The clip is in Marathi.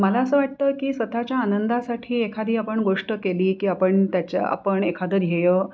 मला असं वाटतं की स्वतःच्या आनंदासाठी एखादी आपण गोष्ट केली की आपण त्याच्या आपण एखादं ध्येय